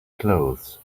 clothes